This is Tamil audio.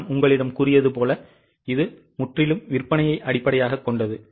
நான் உங்களிடம் கூறியது போல இது முற்றிலும் விற்பனையை அடிப்படையாகக் கொண்டது